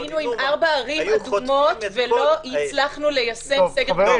היינו עם ארבע ערים אדומות ולא הצלחנו ליישם סגר דיפרנציאלי.